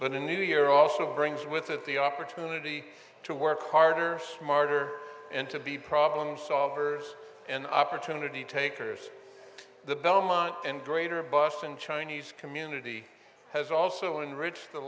but the new year also brings with it the opportunity to work harder to martyr and to be problem solvers an opportunity takers the belmont and greater boston chinese community has also enrich the